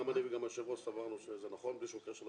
גם אני וגם היושב ראש סברנו שזה נכון והגיע